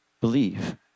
believe